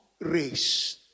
race